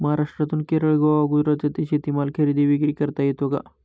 महाराष्ट्रातून केरळ, गोवा, गुजरात येथे शेतीमाल खरेदी विक्री करता येतो का?